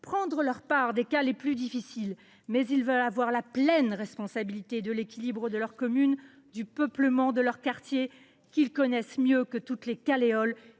prendre leur part des cas les plus difficiles, mais qui veulent aussi avoir la pleine responsabilité de l’équilibre de leur commune, du peuplement de leurs quartiers, qu’ils connaissent mieux que toutes les